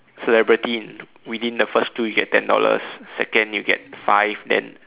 celebrity in within the first two you get ten dollars second you get five then